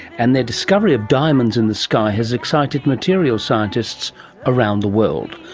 and their discovery of diamonds in the sky has excited material scientists around the world,